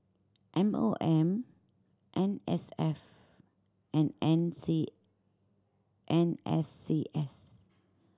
M O M N S F and N C N S C S